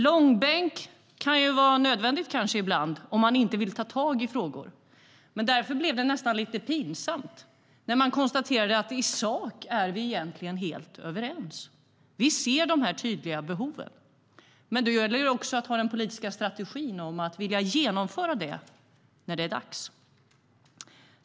Långbänk kan kanske vara nödvändigt ibland om man inte vill ta tag i frågor. Därför blev det nästan lite pinsamt när man konstaterade att vi i sak egentligen är helt överens. Vi ser de tydliga behoven. Men då gäller det också att ha den politiska strategin att vilja genomföra det hela när det är dags.